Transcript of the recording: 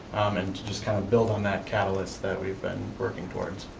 and to just kind of build on that catalyst that we've been working towards.